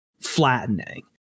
flattening